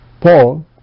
Paul